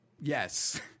Yes